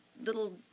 little